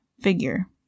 figure